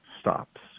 stops